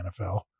NFL